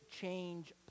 change